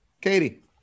Katie